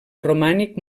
romànic